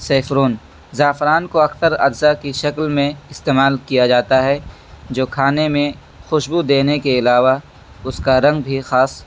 saffron زعفران کو اکثر اجزاء کی شکل میں استعمال کیا جاتا ہے جو کھانے میں خوشبو دینے کے علاوہ اس کا رنگ بھی خاص